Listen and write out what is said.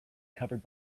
covered